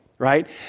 Right